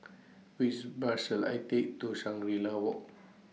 Which Bus should I Take to Shangri La Walk